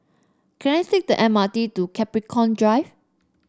can I take the M R T to Capricorn Drive